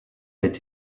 est